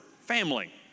family